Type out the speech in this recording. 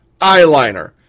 eyeliner